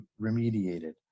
remediated